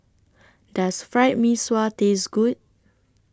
Does Fried Mee Sua Taste Good